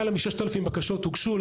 למעלה מ-6,00 בקשות הוגשו,